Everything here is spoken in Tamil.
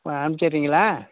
அனுச்சிட்றீங்களா